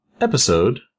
episode